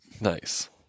Nice